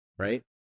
Right